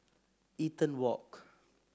Eaton Walk